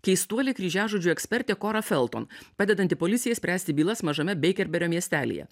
keistuolė kryžiažodžių ekspertė kora felton padedanti policijai spręsti bylas mažame beikerberio miestelyje